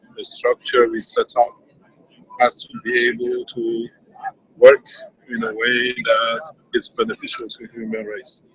the structure we set up has to be able to work in a way that is beneficial to human race.